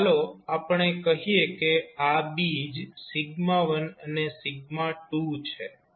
તો ચાલો આપણે કહીએ કે આ બીજ 1 અને 2 છે